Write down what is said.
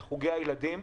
לחוגי הילדים.